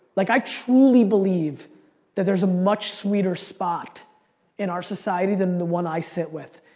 like i truly believe that there's a much sweeter spot in our society than the one i sit with.